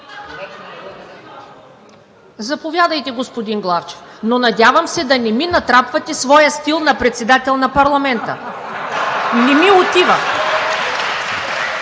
Заповядайте, господин Главчев, но, надявам се, да не ми натрапвате своя стил на председател на парламента, не ми отива.